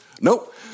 Nope